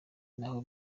naho